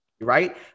right